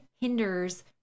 hinders